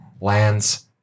lands